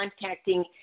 contacting